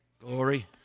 glory